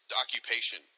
occupation